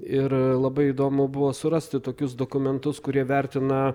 ir labai įdomu buvo surasti tokius dokumentus kurie vertina